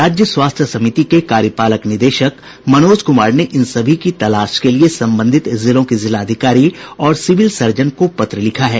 राज्य स्वास्थ्य समिति के कार्यपालक निदेशक मनोज कुमार ने इन सभी की तलाश के लिये संबंधित जिलों के जिलाधिकारी और सिविल सर्जन को पत्र लिखा है